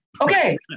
Okay